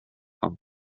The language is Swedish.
han